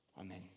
Amen